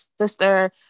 sister